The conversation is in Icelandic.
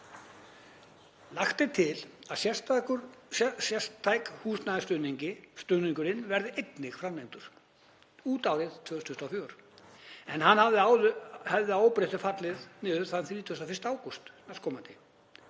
Lagt er til að sérstaki húsnæðisstuðningurinn verði einnig framlengdur út árið 2024 en hann hefði áður að óbreyttu fallið niður þann 31. ágúst næstkomandi.